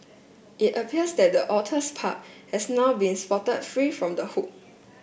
it appears that the otters pup has now been spotted free from the hook